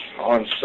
on